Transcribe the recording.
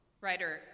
Writer